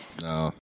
No